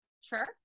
Sure